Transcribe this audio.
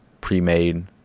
pre-made